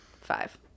five